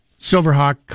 silverhawk